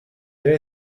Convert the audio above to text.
deve